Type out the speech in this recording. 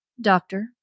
Doctor